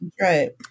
Right